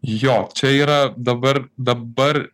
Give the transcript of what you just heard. jo čia yra dabar dabar